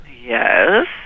Yes